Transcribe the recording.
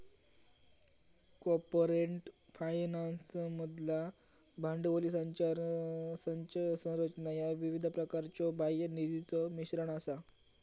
corporate फायनान्समधला भांडवली संरचना ह्या विविध प्रकारच्यो बाह्य निधीचो मिश्रण असा